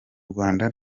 rwanda